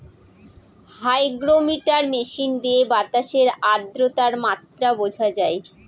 hygrometer machine দিয়ে বাতাসের আদ্রতার মাত্রা বোঝা হয়